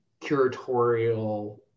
curatorial